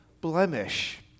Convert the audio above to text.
blemish